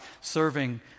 serving